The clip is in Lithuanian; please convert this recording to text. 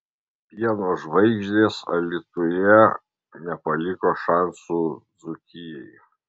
pieno žvaigždės alytuje nepaliko šansų dzūkijai